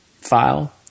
file